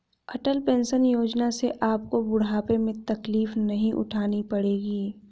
अटल pension Yojana से आपको बुढ़ापे में तकलीफ नहीं उठानी पड़ेगी